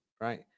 right